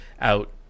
Out